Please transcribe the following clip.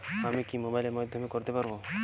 আমি কি মোবাইলের মাধ্যমে করতে পারব?